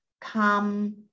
come